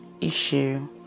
issue